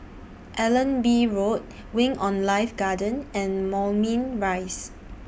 Allenby Road Wing on Life Garden and Moulmein Rise